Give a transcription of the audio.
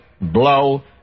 blow